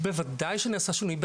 בוודאי נעשה שינוי,